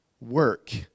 work